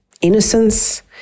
innocence